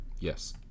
yes